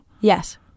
yes